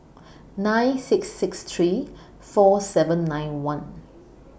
nine six six three four seven nine one